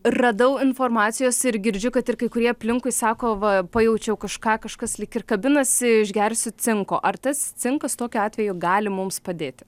radau informacijos ir girdžiu kad ir kai kurie aplinkui sako va pajaučiau kažką kažkas lyg ir kabinasi išgersiu cinko ar tas cinkas tokiu atveju gali mums padėti